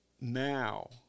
now